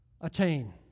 attain